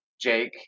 Jake